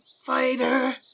fighter